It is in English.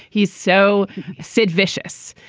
he's so sid vicious,